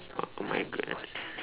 oh my goodness